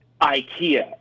Ikea